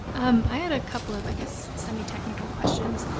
um but i had a couple of i guess, semi-technical questions.